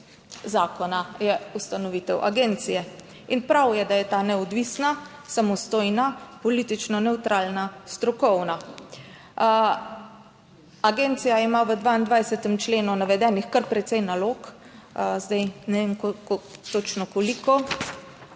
zakona je ustanovitev agencije in prav je, da je ta neodvisna, samostojna, politično nevtralna, strokovna. Agencija ima v 22. členu navedenih kar precej nalog, zdaj ne vem točno koliko,